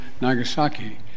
Nagasaki